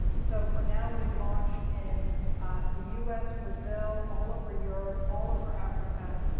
so for now we've launched in the us, brazil, all over europe, all over africa.